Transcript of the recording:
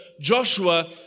Joshua